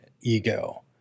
ego